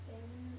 then